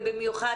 במיוחד